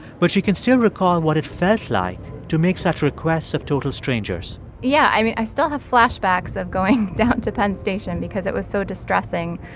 but she can still recall what it felt like to make such requests of total strangers yeah. i mean, i still have flashbacks of going down to penn station because it was so distressing.